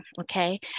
okay